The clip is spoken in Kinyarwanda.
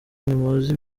ntimuzi